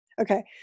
Okay